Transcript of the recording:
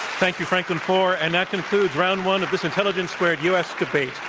thank you, franklin foer. and that concludes round one of this intelligence squared u. s. debate,